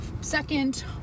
Second